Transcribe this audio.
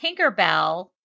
Tinkerbell